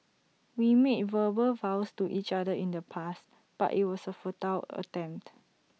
we made verbal vows to each other in the past but IT was A futile attempt